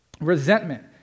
resentment